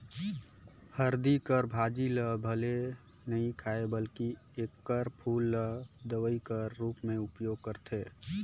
हरदी कर भाजी ल भले नी खांए बकि एकर फूल ल दवई कर रूप में उपयोग करथे